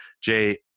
Jay